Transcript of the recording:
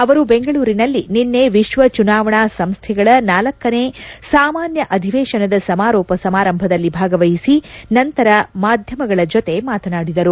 ಅವರು ಬೆಂಗಳೂರಿನಲ್ಲಿ ನಿನ್ನೆ ವಿಶ್ವ ಚುನಾವಣಾ ಸಂಸ್ದೆಗಳ ಳನೇ ಸಾಮಾನ್ಯ ಅಧಿವೇಶನದ ಸಮಾರೋಪ ಸಮಾರಂಭದಲ್ಲಿ ಭಾಗವಹಿಸಿದ್ದ ನಂತರ ಮಾಧ್ಯಮಗಳ ಜತೆ ಮಾತನಾದಿದರು